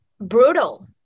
brutal